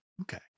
Okay